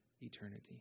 eternity